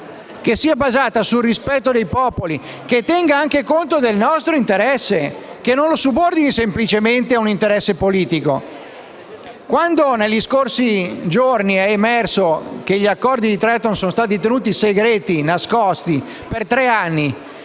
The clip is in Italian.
che sia basata sul rispetto dei popoli, che tenga anche conto del nostro interesse e che non lo subordini semplicemente a un interesse politico. Quando, negli scorsi giorni, è emerso che gli accordi su Triton sono stati tenuti segreti e nascosti per tre anni